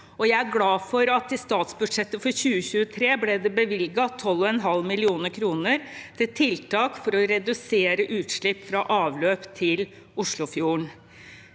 jeg er glad for at det i statsbudsjettet for 2023 ble bevilget 12,5 mill. kr til tiltak for å redusere utslipp fra avløp til Oslofjorden.